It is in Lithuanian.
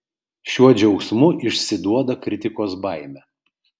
šiuo džiaugsmu išsiduoda kritikos baimę